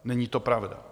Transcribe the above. Není to pravda!